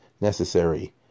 necessary